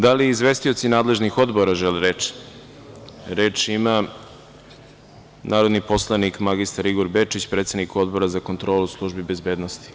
Da li izvestioci nadležnih odbora žele reč? (Da.) Reč ima narodni poslanik mr Igor Bečić, predsednik Odbora za kontrolu službi bezbednosti.